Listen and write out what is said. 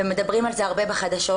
ומדברים על זה הרבה בחדשות